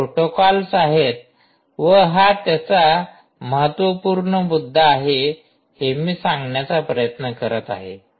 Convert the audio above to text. हे प्रोटोकॉल्स आहेत व हा त्याचा महत्वपूर्ण मुद्दा हे मी सांगण्याचा प्रयत्न करत आहे